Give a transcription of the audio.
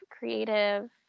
creative